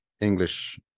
english